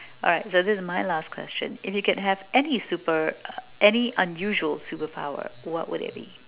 alright so this is my last question if you can have any super any unusual superpower what would it be